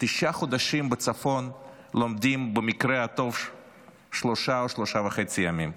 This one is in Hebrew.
תשעה חודשים לומדים במקרה הטוב שלושה או שלושה וחצי ימים.